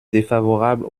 défavorable